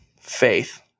faith